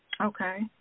Okay